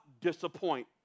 disappoint